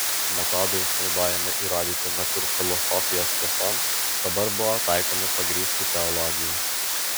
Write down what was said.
metodai naudojami įrodyti natūrfilosofijos tiesoms dabar buvo taikomi pagrįsti teologijai